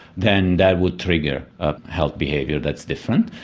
then that would trigger a health behaviour that's different.